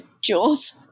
Jules